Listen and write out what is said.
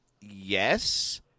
yes